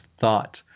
thought